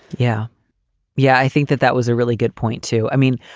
yeah yeah, i think that that was a really good point, too. i mean,